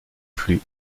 plus